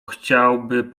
chciałby